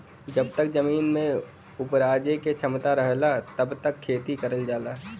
जब तक जमीन में उपराजे क क्षमता रहला तब तक खेती करल जाला